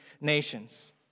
nations